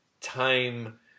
time